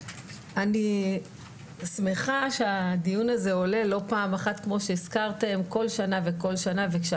אני שמחה שהדיון הזה עולה כל שנה ושנה ולא פעם אחת.